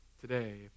today